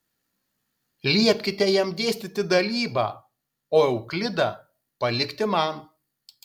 liepkite jam dėstyti dalybą o euklidą palikti man